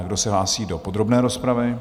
Kdo se hlásí do podrobné rozpravy?